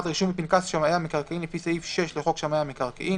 (21)רישום בפנקס שמאי המקרקעין לפי סעיף 6 לחוק שמאי מקרקעין,